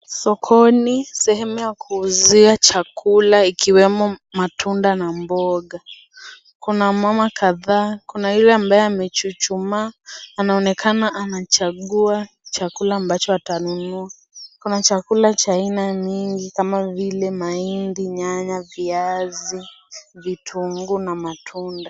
Sokoni sehemu ya kuuzia chakula ikiwemo matunda na mboga, kuna mama kadhaa, kuna yule ambaye amechuchumaa anaonekana akichagua chakula ambacho atanunua. Kuna chakula cha aina mingi kama vile; mahindi, nyanya, viazi, vitunguu na matunda.